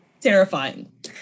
terrifying